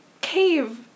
cave